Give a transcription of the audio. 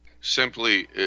Simply